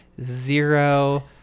zero